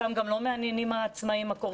אותם גם לא מעניינים העצמאים הקורסים.